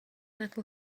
little